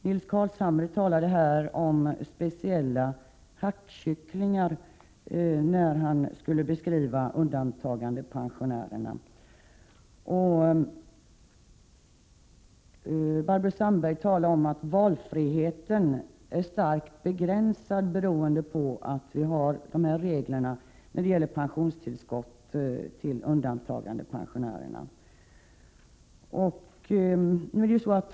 Nils Carlshamre talade här om speciella hackkycklingar när han skulle: beskriva undantagandepensionärerna och Barbro Sandberg sade att valfriheten är starkt begränsad beroende på reglerna när det gäller pensionstillskott till undantagandepensionärerna.